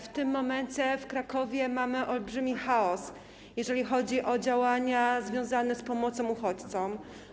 W tym momencie w Krakowie mamy olbrzymi chaos, jeżeli chodzi o działania związane z pomocą uchodźcom.